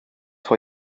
vor